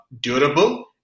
durable